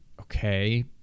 okay